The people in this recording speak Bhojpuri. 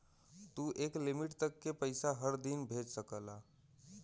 तू एक लिमिट तक के पइसा हर दिन भेज सकला